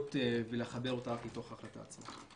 מדיניות ולחבר אותה לתוך ההחלטה עצמה.